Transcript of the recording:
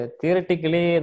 theoretically